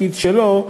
בתפקיד שלו,